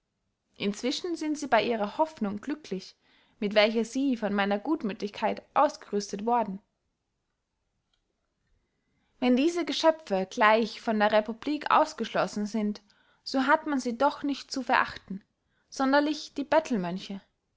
inzwischen sind sie bey ihrer hoffnung glücklich mit welcher sie von meiner gutmüthigkeit ausgerüstet worden wenn diese geschöpfe gleich von der republik ausgeschlossen sind so hat man sie doch nicht zu verachten sonderlich die